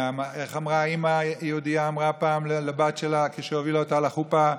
איך אמרה אימא יהודייה פעם לבת שלה כשהובילה אותה לחופה?